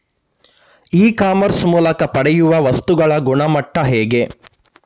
E commerce ಮೂಲಕ ಪಡೆಯುವ ವಸ್ತುಗಳ ಗುಣಮಟ್ಟ ಹೇಗೆ?